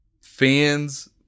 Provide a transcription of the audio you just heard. Fans